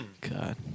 God